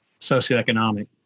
socioeconomic